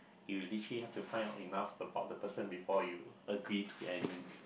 you literally have to find out enough about the person before you agree to it and